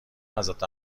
حضرت